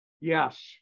Yes